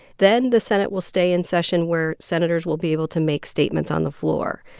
then the senate will stay in session where senators will be able to make statements on the floor.